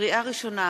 לקריאה ראשונה,